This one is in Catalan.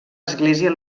església